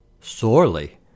Sorely